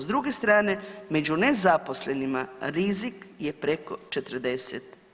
S druge strane među nezaposlenima rizik je preko 40%